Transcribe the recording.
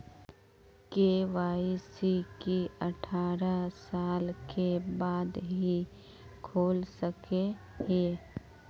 KYC की अठारह साल के बाद ही खोल सके हिये?